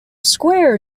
square